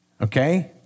okay